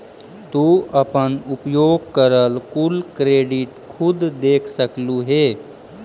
तू अपन उपयोग करल कुल क्रेडिट खुद देख सकलू हे